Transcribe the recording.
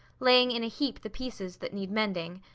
laying in a heap the pieces that needed mending.